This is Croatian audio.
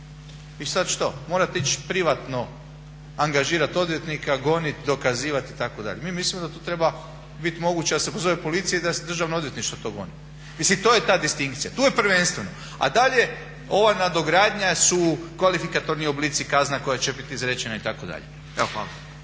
I sad što, morate ići privatno angažirat odvjetnika, gonit, dokazivat itd. Mi mislimo da tu treba biti moguće da se pozove policija i da Državno odvjetništvo to goni. Mislim to je ta distinkcija, tu je prvenstveno, a dalje ova nadogradnja su kvalifikatorni oblici kazna koja će biti izrečena itd.